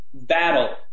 Battle